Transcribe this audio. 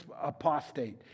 apostate